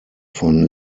von